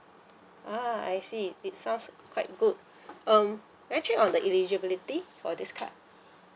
ah I see it sounds quite good um can I check on the eligibility for this card